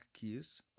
keys